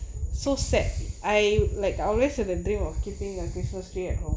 so sad I like always the dream of keeping a christmas tree at home